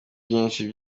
byinshi